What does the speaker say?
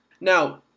Now